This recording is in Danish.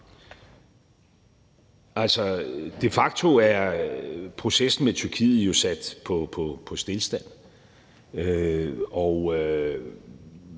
de facto er processen med Tyrkiet jo sat på stilstand,